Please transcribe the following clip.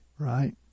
Right